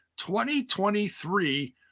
2023